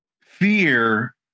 fear